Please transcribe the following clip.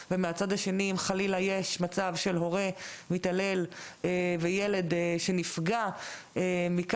ומהצד השני אם חלילה יש מצב של הורה מתעלל וילד שנפגע מכך,